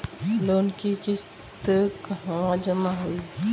Loan के किस्त कहवा जामा होयी?